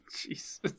Jesus